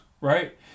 right